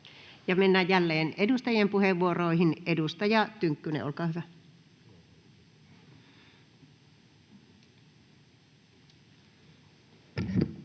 mennään jälleen edustajien puheenvuoroihin. — Edustaja Tynkkynen, olkaa hyvä.